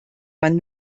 man